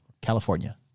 California